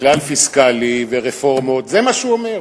ו"כלל פיסקלי" ו"רפורמות", זה מה שהוא אומר.